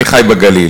אני חי בגליל.